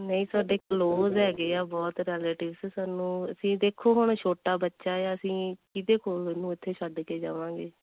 ਨਹੀਂ ਸਾਡੇ ਕਲੋਜ ਹੈਗੇ ਆ ਬਹੁਤ ਰੈਲੇਟਿਵਸ ਸਾਨੂੰ ਅਸੀਂ ਦੇਖੋ ਹੁਣ ਛੋਟਾ ਬੱਚਾ ਆ ਅਸੀਂ ਕਿਹਦੇ ਕੋਲ ਇਹਨੂੰ ਇੱਥੇ ਛੱਡ ਕੇ ਜਾਵਾਂਗੇ